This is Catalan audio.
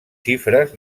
xifres